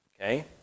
Okay